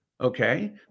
Okay